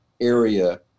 area